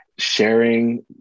sharing